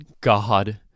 God